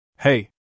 Hey